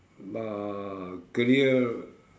uh career